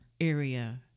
area